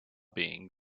being